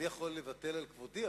אני יכול לוותר על כבודי,